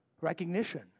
recognition